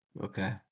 Okay